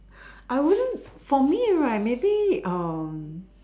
I wouldn't for me right maybe um